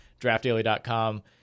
DraftDaily.com